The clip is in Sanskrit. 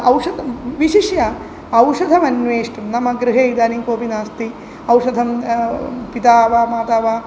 औषधं विशिष्य औषधमन्वेष्टुं नाम गृहे इदानीं कोऽपि नास्ति औषधं पिता वा माता वा